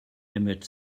emmett